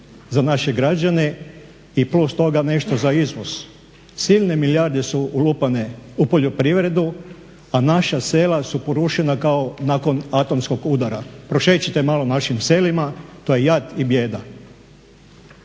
za naše građane i plus toga nešto za izvoz. Silne milijarde su ulupane u poljoprivredu, a naša sela su porušena kao nakon atomskog udara. Prošećite malo našim selima. To je jad i bijeda.